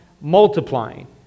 multiplying